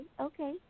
okay